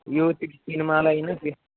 యూత్కి సినిమాలు అవన్నీ